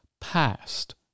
past